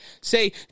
say